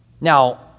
Now